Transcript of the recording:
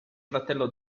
fratello